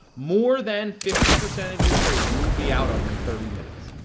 more than fifty percent of your trade, you will be out of in thirty minutes,